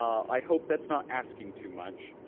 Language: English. i hope that's not asking too much.